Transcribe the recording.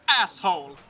asshole